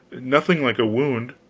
nothing like a wound.